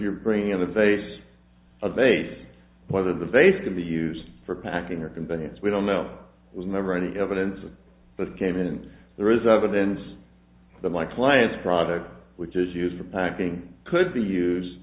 your bringing in the vase a vase whether the vase can be used for packing or convenience we don't know it was never any evidence of but came in there is evidence that my client's product which is used for packing could